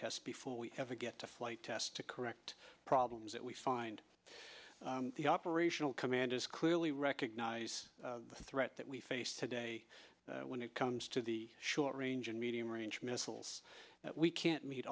test before we get to flight test to correct problems that we find the operational commanders clearly recognize the threat that we face today when it comes to the short range and medium range missiles that we can't meet